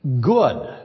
good